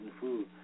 Food